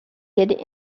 had